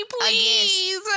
please